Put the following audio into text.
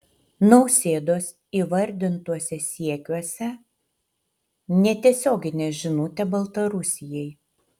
nausėdos įvardytuose siekiuose netiesioginė žinutė baltarusijai